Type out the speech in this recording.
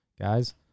guys